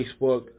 Facebook